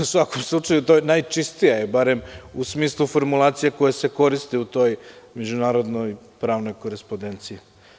U svakom slučaju je najčistija, barem u smislu formulacije koja se koristi u toj međunarodnoj pravnoj korespodenciji.